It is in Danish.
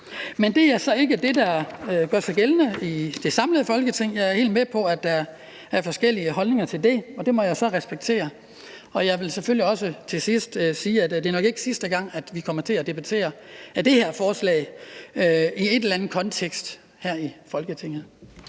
Men det er så ikke det, der gør sig gældende i det samlede Folketing, og jeg er helt med på, at der er forskellige holdninger til det, og det må jeg så respektere, og jeg vil selvfølgelig til sidst også sige, at det nok ikke er sidste gang, vi kommer til at debattere det her forslag i en eller anden kontekst her i Folketinget.